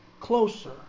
closer